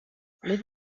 live